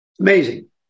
Amazing